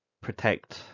protect